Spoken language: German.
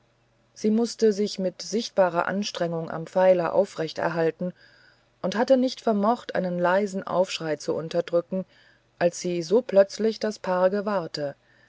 sie mußte sich mit sichtbarer anstrengung am pfeiler aufrecht erhalten und hatte nicht vermocht einen leisen aufschrei zu unterdrücken als sie so plötzlich das paar gewahrte